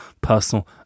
personal